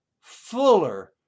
fuller